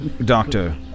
Doctor